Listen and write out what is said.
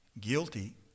guilty